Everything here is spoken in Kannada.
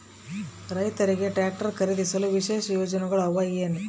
ರೈತರಿಗೆ ಟ್ರಾಕ್ಟರ್ ಖರೇದಿಸಲು ವಿಶೇಷ ಯೋಜನೆಗಳು ಅವ ಏನು?